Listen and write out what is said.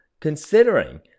considering